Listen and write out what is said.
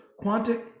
quantic